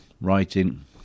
writing